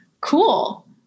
cool